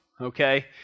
okay